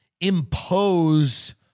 Impose